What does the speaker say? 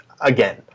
again